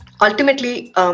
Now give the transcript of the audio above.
ultimately